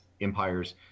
empires